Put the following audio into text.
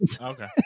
okay